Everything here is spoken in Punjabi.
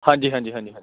ਹਾਂਜੀ ਹਾਂਜੀ ਹਾਂਜੀ ਹਾਂਜੀ